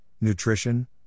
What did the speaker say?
nutrition